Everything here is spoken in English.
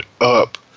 up